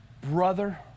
brother